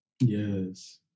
Yes